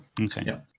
Okay